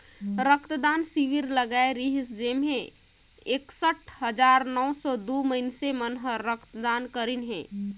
रक्त दान सिविर लगाए रिहिस जेम्हें एकसठ हजार नौ सौ दू मइनसे मन हर रक्त दान करीन हे